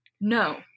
No